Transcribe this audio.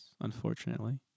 unfortunately